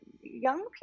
young